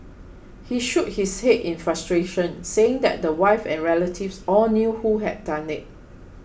he shook his head in frustration saying that the wife and relatives all knew who had done it